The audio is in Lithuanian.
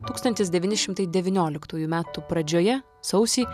tūkstantis devyni šimtai devynioliktųjų metų pradžioje sausį